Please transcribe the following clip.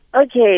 Okay